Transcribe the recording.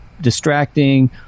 distracting